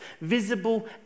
visible